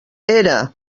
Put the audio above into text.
era